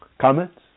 Comments